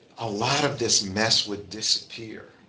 a lot of this mess would disappear,